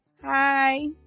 Hi